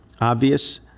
obvious